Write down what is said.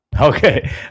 Okay